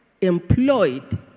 employed